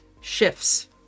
Shifts